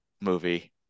movie